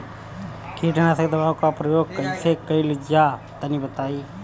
कीटनाशक दवाओं का प्रयोग कईसे कइल जा ला तनि बताई?